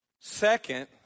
Second